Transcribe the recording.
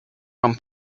rum